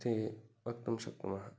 ते वक्तुं शक्नुमः